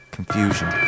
Confusion